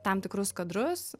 tam tikrus kadrus